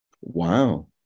Wow